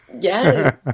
Yes